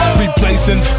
replacing